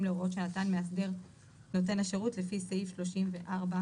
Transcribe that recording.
להוראות שנתן מאסדר נותן השירות לפי סעיף 34(ב).